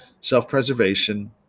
self-preservation